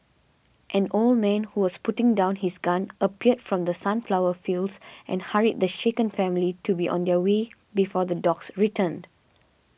an old man who was putting down his gun appeared from the sunflower fields and hurried the shaken family to be on their way before the dogs return